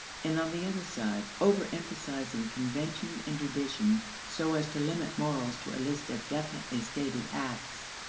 and, on the other side, overemphasizing convention and tradition so as to limit morals to a list of definitely stated acts.